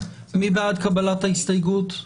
קבלת ההסתייגות?